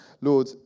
Lord